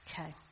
Okay